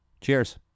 Cheers